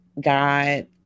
God